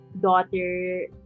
daughter